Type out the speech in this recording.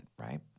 right